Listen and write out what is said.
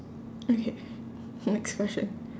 okay next question